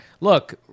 Look